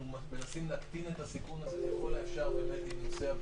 אנחנו מנסים להקטין את הסיכון הזה ככל האפשר עם נושא הבדיקות,